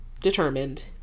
determined